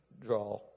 draw